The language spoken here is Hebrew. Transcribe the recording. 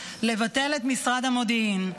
לבטל את משרד המודיעין.